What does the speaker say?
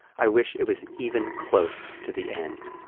i wish it was even close to the end.